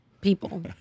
people